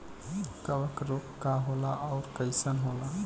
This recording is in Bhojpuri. कवक रोग का होला अउर कईसन होला?